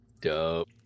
Dope